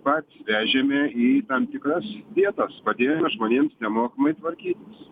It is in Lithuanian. patys vežėme į tam tikras vietas padėjome žmonėms nemokamai tvarkytis